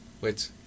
Wait